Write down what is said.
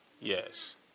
yes